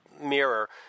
mirror